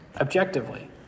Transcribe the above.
objectively